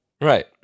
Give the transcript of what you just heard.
right